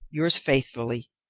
yours faithfully,